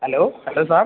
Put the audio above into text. hello hello sir